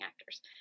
actors